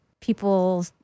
people